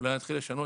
אולי נתחיל לשנות